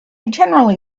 generally